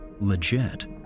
legit